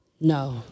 No